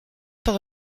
par